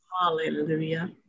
Hallelujah